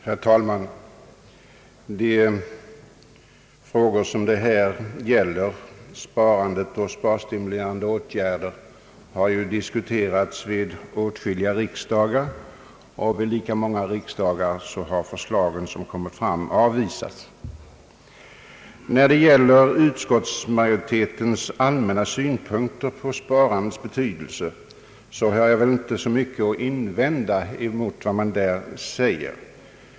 Herr talman! De frågor det här gäller, sparandet och sparstimulerande åtgärder, har ju diskuterats vid åtskilliga riksdagar, och vid lika många riksdagar har de förslag som framlagts avvisats. När det gäller utskottsmajoritetens allmänna synpunkter på sparandets betydelse så har jag inte mycket att invända mot vad man där säger.